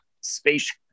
space